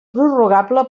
prorrogable